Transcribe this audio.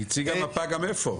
היא הציגה מפה גם איפה.